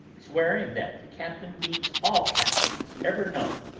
swearing that the captain beats all captains ever known,